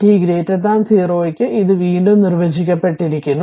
t0 ക്കു ഇത് വീണ്ടും നിർവചിക്കപ്പെട്ടിരിക്കുന്നു